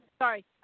Sorry